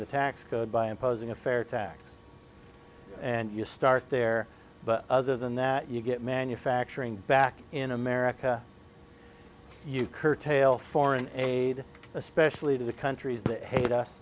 the tax code by imposing a fair tax and you start there but other than that you get manufacturing back in america you curtail foreign aid especially to countries that hate us